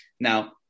Now